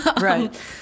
Right